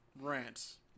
rants